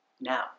Now